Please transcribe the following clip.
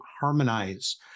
harmonize